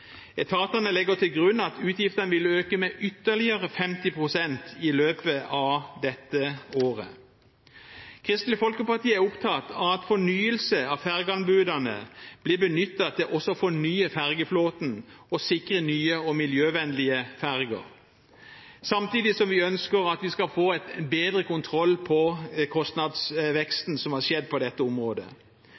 Etatene legger til grunn at utgiftene vil øke med ytterligere 50 pst. i løpet av dette året. Kristelig Folkeparti er opptatt av at fornyelse av fergeanbudene blir benyttet til også å fornye fergeflåten og sikre nye og miljøvennlige ferger, samtidig som vi ønsker at vi skal få bedre kontroll på kostnadsveksten som har skjedd på dette området.